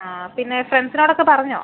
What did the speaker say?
ആ പിന്നെ ഫ്രണ്ട്സിനോടൊക്കെ പറഞ്ഞോ